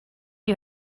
you